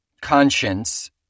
conscience